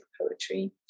poetry